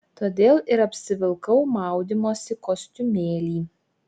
todėl ir apsivilkau maudymosi kostiumėlį